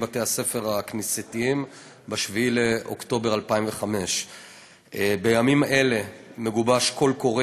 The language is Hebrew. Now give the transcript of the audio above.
בתי-הספר הכנסייתיים ב-7 באוקטובר 2015. בימים אלה מגובש קול קורא